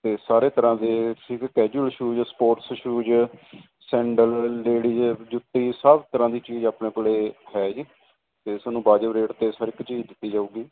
ਇਹ ਸਾਰੇ ਤਰ੍ਹਾਂ ਦੇ ਸੀਗੇ casual shoes sports shoes sandal ladies ਜੁੱਤੀ ਸਭ ਤਰ੍ਹਾਂ ਦੀ ਚੀਜ਼ ਆਪਣੇ ਕੋਲੇ ਹੈ ਜੀ ਤੇ ਥਾਨੂੰ ਵਾਜਿਬ ਰੇਟ ਤੇ ਹਰ ਇੱਕ ਚੀਜ਼ ਦਿੱਤੀ ਜਾਊਗੀ